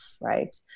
right